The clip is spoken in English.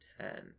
ten